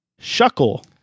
Shuckle